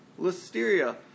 listeria